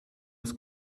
was